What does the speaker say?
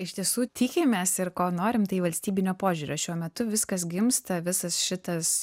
iš tiesų tikimės ir ko norim tai valstybinio požiūrio šiuo metu viskas gimsta visas šitas